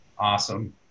Awesome